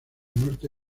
norte